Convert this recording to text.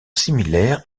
similaire